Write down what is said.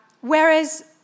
Whereas